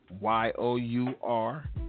Y-O-U-R